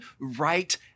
right